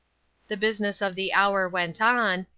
the business of the hour went on,